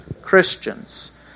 Christians